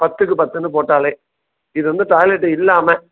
பத்துக்கு பத்துனு போட்டால் இது வந்து டாய்லெட் இல்லாமல்